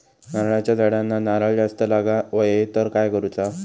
नारळाच्या झाडांना नारळ जास्त लागा व्हाये तर काय करूचा?